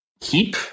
keep